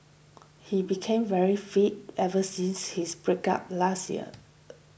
he became very fit ever since his breakup last year